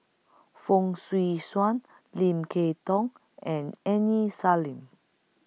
Fong Swee Suan Lim Kay Tong and Aini Salim